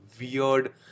weird